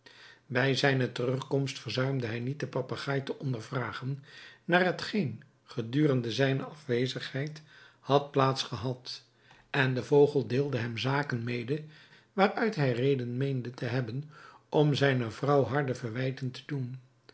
bij zijne terugkomst verzuimde hij niet den papegaai te ondervragen naar hetgeen gedurende zijne afwezigheid had plaats gehad en de vogel deelde hem zaken mede waaruit hij reden meende te hebben om zijne vrouw harde verwijten te doen